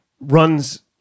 runs